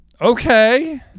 okay